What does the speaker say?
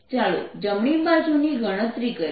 ચાલો જમણી બાજુની ગણતરી કરીએ